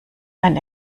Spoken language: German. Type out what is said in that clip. ein